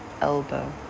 elbow